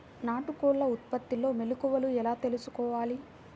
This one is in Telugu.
నాటుకోళ్ల ఉత్పత్తిలో మెలుకువలు ఎలా తెలుసుకోవాలి?